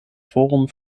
forum